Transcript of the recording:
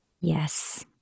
yes